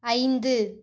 ஐந்து